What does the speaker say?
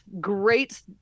great